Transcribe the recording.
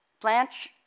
Blanche